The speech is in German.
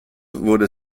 wurde